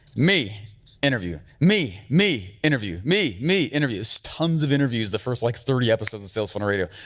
me interview, me me interview me me interviews, tons of interviews the first like thirty episodes of sales funnel radio.